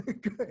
good